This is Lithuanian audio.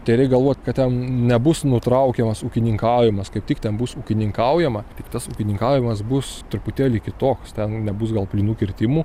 tai reik galvot kad ten nebus nutraukiamas ūkininkavimas kaip tik ten bus ūkininkaujama tik tas ūkininkavimas bus truputėlį kitoks ten nebus gal plynų kirtimų